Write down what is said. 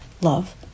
love